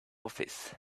office